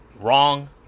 Wrong